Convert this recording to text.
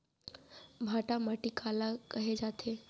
भांटा माटी काला कहे जाथे?